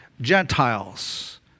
Gentiles